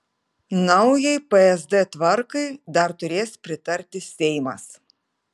naujai psd tvarkai dar turės pritarti seimas